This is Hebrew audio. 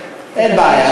ועדה, אין בעיה.